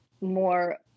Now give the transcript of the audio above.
more